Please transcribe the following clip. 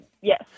yes